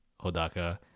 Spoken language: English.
hodaka